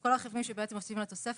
וכל הדברים שבעצם הם תוספת.